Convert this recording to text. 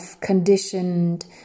conditioned